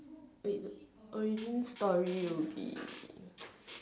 wait origin story will be